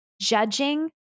Judging